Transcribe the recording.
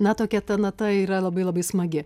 ne tokia ta nata yra labai labai smagi